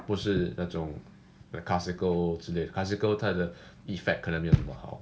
不是那种 the classical 之类的 classical 它得 effect 可能没有那么好